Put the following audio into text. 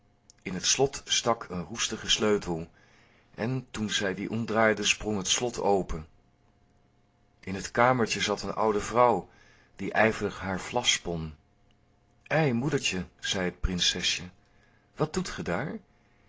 in het slot stak een roestige sleutel en toen zij die omdraaide sprong het slot open in het kamertje zat een oude vrouw die ijverig haar vlas spon ei moedertje zei het prinsesje wat doet ge daar